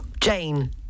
Jane